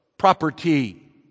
Property